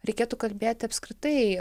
reikėtų kalbėti apskritai